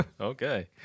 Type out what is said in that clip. Okay